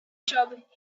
job